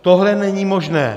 Tohle není možné!